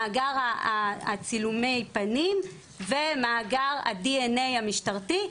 מאגר צילומי פנים ומאגר הדנ"א המשטרתי.